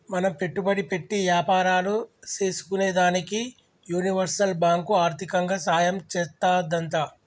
మనం పెట్టుబడి పెట్టి యాపారాలు సేసుకునేదానికి యూనివర్సల్ బాంకు ఆర్దికంగా సాయం చేత్తాదంట